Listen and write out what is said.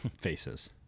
faces